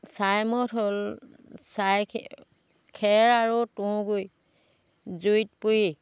ছাই মদ হ'ল ছাই খেৰ আৰু তুঁহগুড়ি জুইত পুৰি